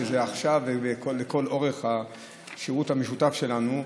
שזה עכשיו ולכל אורך השירות המשותף שלנו,